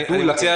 משה,